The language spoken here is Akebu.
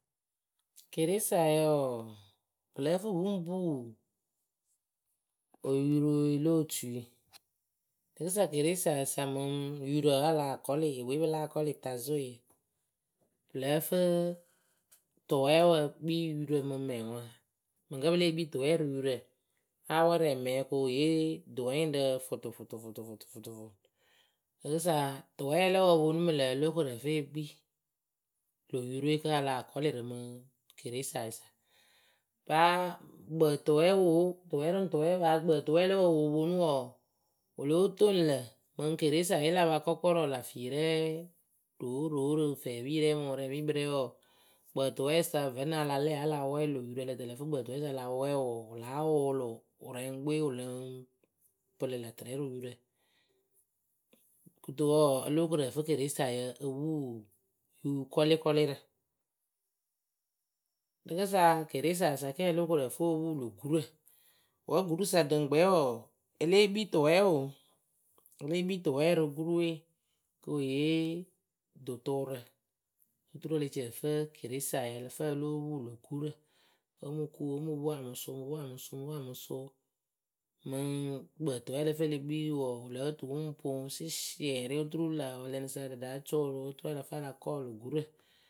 Keresayǝ wǝǝ pɨ lǝ́ǝ fɨ pɨ ŋ puu oyurooe lo otui rɨkɨsa keresa sa mɨŋ yurǝ wǝ́ a lah kɔlɩ epǝ we pɨ láa kɔlɩ tazoe pɨ lǝ́ǝ fɨ tʊwɛɛwǝ kpii yurǝ mɨ mɛŋwǝ mɨŋkǝ́ pɨ lée kpii tʊwɛɛ rɨ yurǝ awɛrɛ mɛŋwǝ kɨ wɨ yee dʊwɛɛnyɩŋrǝ fʊtʊfʊtʊ fʊtʊfʊtʊ rɨkɨsa tʊwɛɛ lǝ wǝǝ wɨ ponu mɨ lǝ̈ o lóo koru ǝ fɨ e kpii lö yurwe kǝ́ a lah kɔɩ rɨ mɨ keresayǝ sa paa kpǝǝtʊwɛɛwǝ oo tʊʊwɛ rɨŋ tʊwɛɛ paa kpǝǝtʊʊwɛɛ lǝ wǝǝ wɨ ponu wǝǝ wɨ lóo toŋ lǝ̈ mɨŋ keresa ye la pa kɔkɔrɔ la fiirɛ rooroo rɨ fɛɛpirɛ mɨŋ wɨrɛŋpikpǝ rɛ wǝǝ kpǝǝtʊʊwɛɛ; sa vǝ́ nɨŋ a la lɛ wǝ́ a la wɛɛ lö yurǝ ǝ lǝ tɨ ǝ lǝ fɨ kpǝǝtʊwɛɛ sa a la wɛɛ wǝǝ wɨ láa wʊʊlʊ wɨrɛŋkpǝ we wɨ lɨŋ pɨlǝ lä tɨrɛ rɨ yurǝ kɨto wǝǝ o lóo koru ǝ fɨ keresayǝ o puu yukɔlɩkɔlɩrǝ rɨkɨsa keresayǝ sa ke o lóo koru ǝ fɨ o puu lö gurǝ. wǝ́ gurǝ sa ɖǝ ŋkpɛ wǝǝ e lée kpii tʊwɛɛwǝ oo e le kpii tʊwɛɛ rɨ gurǝ we kɨ wɨ yee dʊtʊʊrǝ. oturu e le ci ǝ fɨ keresayǝ ǝ lǝ fɨ o lóo puu lö gurǝ o mɨ ku o mɨ pu a mɨ sʊʊ o mɨ puu a mɨ sʊʊ mɨŋ kpǝǝtʊwɛɛwǝ wǝ́ ǝ lǝ fɨ e le kpii wǝǝ wɨ lǝ́ǝ tɨ wɨŋ poŋ sɩsiɛrɩ oturu lä wɛlɛŋrǝ sa ɖa ɖáa cɔɔlʊ oturu ǝ lǝ fɨ a la kɔɔ lö gurǝ.